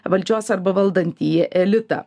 valdžios arba valdantįjį elitą